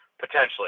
potentially